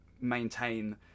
maintain